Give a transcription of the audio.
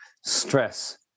stress